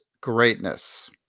greatness